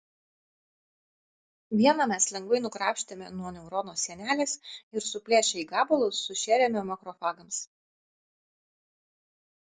vieną mes lengvai nukrapštėme nuo neurono sienelės ir suplėšę į gabalus sušėrėme makrofagams